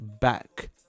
back